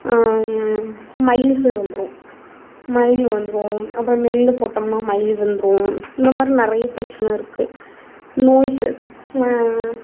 மயில்கள் வந்துடும் மயில் வந்துடும் அப்புறம் நெல் போட்டோம்னால் மயில் வந்துடும் இந்த மாதிரி நிறைய பிரச்சினை இருக்குது நோய்கள்